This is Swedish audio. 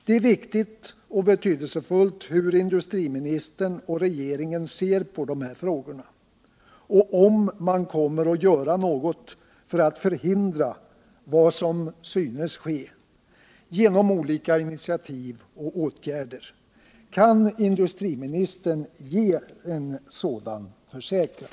Det är betydelsefullt hur industriministern och regeringen ser på de här frågorna, om man kommer att göra något för att förhindra vad som synes ske, genom olika initiativ och åtgärder. Kan industriministern ge en sådan försäkran?